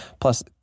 Plus